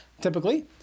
typically